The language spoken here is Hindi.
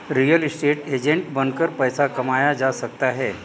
रियल एस्टेट एजेंट बनकर पैसा कमाया जा सकता है